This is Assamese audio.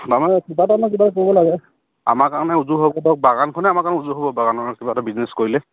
তাৰমানে কিবা এটা আমি কিবা কৰিব লাগে কাৰণে উজু হ'ব ত কাৰণে উজু হ'ব বাগানৰ কিবা এটা বিজনেছ কৰিলে